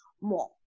more